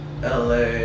LA